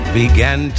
began